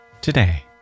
today